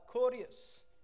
courteous